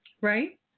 right